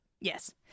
Yes